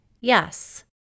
Yes